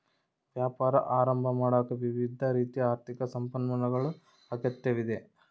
ವ್ಯಾಪಾರ ಆರಂಭ ಮಾಡಾಕ ವಿವಿಧ ರೀತಿಯ ಆರ್ಥಿಕ ಸಂಪನ್ಮೂಲಗಳ ಅಗತ್ಯವಿದೆ